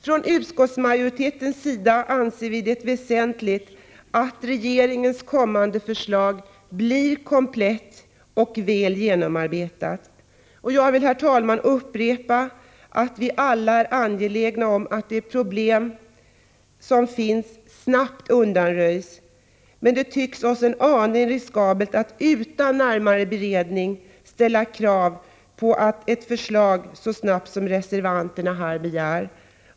Från utskottsmajoritetens sida anser vi det väsentligt att regeringens kommande förslag blir komplett och väl genomarbetat. Jag vill, herr talman, upprepa att vi alla är angelägna om att de problem som finns snabbt undanröjs. Men det tycks oss en aning riskabelt att utan närmare beredning ställa krav på ett förslag så snabbt som reservanterna begär.